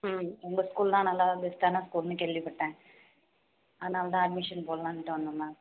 ம் உங்கள் ஸ்கூல் தான் நல்லா பெஸ்ட்டான ஸ்கூல்னு கேள்விப்பட்டேன் அதனால் தான் அட்மிஷன் போடலான்ட்டு வந்தோம் மேம்